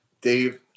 Dave